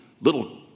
little